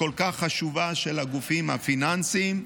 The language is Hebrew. הכל-כך חשובה של הגופים הפיננסיים.